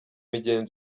migenzo